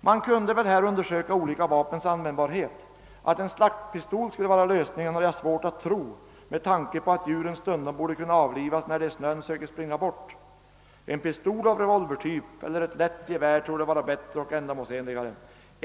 Man kunde väl undersöka olika vapens användbarhet i detta fall. Att en slaktpistol skulle vara den riktiga lösningen har jag svårt att tro med tanke på att de skadade djuren stundom borde kunna avlivas när de i snön söker springa bort. En pistol av revolvertyp eller ett lätt gevär torde då vara bättre och mera ändamålsenligt.